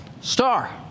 star